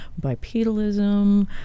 bipedalism